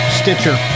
stitcher